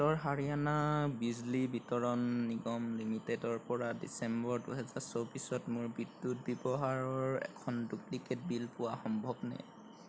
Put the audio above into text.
উত্তৰ হাৰিয়ানা বিজলী বিতৰণ নিগম লিমিটেডৰপৰা ডিচেম্বৰ দুহেজাৰ চৌবিছত মোৰ বিদ্যুৎ ব্যৱহাৰৰ এখন ডুপ্লিকেট বিল পোৱা সম্ভৱনে